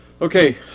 Okay